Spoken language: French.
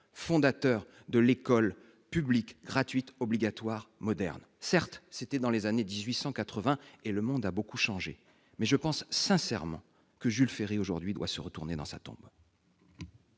fondateur de l'école publique gratuite obligatoire moderne. Certes, c'était dans les années 1880, et le monde a beaucoup changé. Mais je pense sincèrement que Jules Ferry doit aujourd'hui se retourner dans sa tombe.